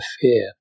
fear